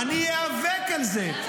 אני איאבק על זה.